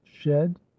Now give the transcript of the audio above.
shed